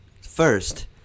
First